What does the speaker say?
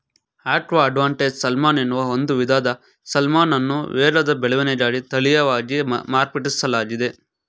aqua advantage salmon ಎನ್ನುವ ಒಂದು ವಿಧದ ಸಾಲ್ಮನನ್ನು ವೇಗದ ಬೆಳವಣಿಗೆಗಾಗಿ ತಳೀಯವಾಗಿ ಮಾರ್ಪಡಿಸ್ಲಾಗಿದೆ